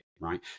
right